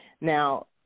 Now